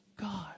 God